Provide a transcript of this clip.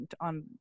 on